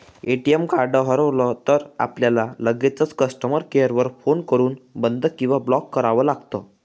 ATM card हरवलं तर, आपल्याला लगेचच कस्टमर केअर वर फोन करून बंद किंवा ब्लॉक करावं लागतं